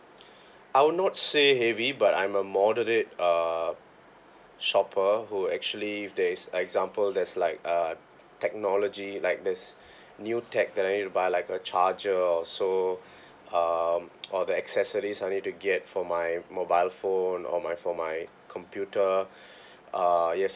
I would not say heavy but I'm a moderate uh shopper who actually if there's example there's like uh technology like there's new tech that I need to buy like a charger or so um or the accessories I need to get for my mobile phone or my for my computer uh yes